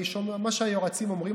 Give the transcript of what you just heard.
מה שהיועצים אומרים,